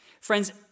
Friends